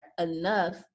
enough